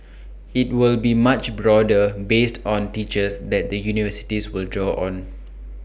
IT will be much broader based on teachers that the universities will draw on